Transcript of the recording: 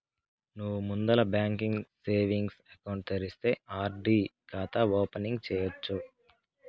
నువ్వు ముందల బాంకీల సేవింగ్స్ ఎకౌంటు తెరిస్తే ఆర్.డి కాతా ఓపెనింగ్ సేయచ్చు